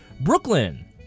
Brooklyn